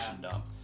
dump